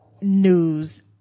news